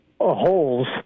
holes